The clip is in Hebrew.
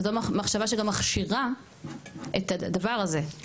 וזו מחשבה שגם מכשירה את הדבר הזה,